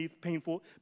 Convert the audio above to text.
painful